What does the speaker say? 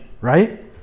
right